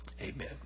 Amen